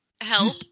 help